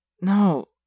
No